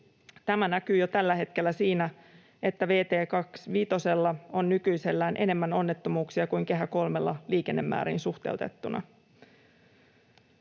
Tämä näkyy jo tällä hetkellä siinä, että vt 25:lla on nykyisellään enemmän onnettomuuksia kuin Kehä III:lla liikennemääriin suhteutettuna.